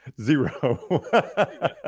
Zero